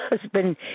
husband